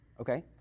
Okay